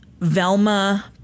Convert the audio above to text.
Velma